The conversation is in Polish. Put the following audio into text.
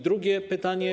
Drugie pytanie.